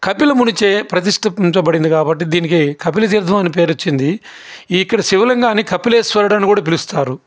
కపిల మునిచే ప్రతిష్టించబడినది కాబట్టి దీనికి కపిలతీర్థం అని పేరు వచ్చింది ఇక్కడ శివలింగాన్ని కపిలేశ్వరుడు అని కూడా పిలుస్తారు